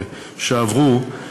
שעברו,